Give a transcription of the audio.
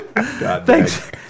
Thanks